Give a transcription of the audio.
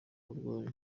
urwanyu